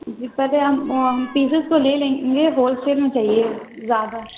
جی پہلے ہم ہم پیسیز تو لے لیں گے ہول سیل میں چاہیے زیادہ